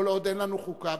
כל עוד אין לנו חוקה,